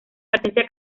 presencia